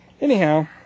Anyhow